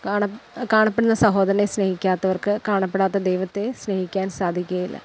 കാണപ്പെടുന്ന സഹോദരനെ സ്നേഹിക്കാത്തവർക്ക് കാണപ്പെടാത്ത ദൈവത്തെ സ്നേഹിക്കാൻ സാധിക്കുകയില്ല